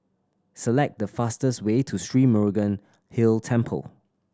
select the fastest way to Sri Murugan Hill Temple